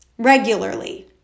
Regularly